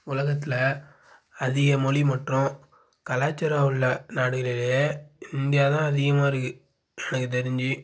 உலகத்தில் அதிக மொழி மற்றும் கலாச்சாரம் உள்ள நாடுகளிடையே இந்தியா தான் அதிகமாக இருக்குது எனக்கு தெரிஞ்சு